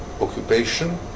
occupation